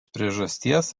priežasties